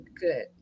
good